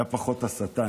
הייתה פחות הסתה.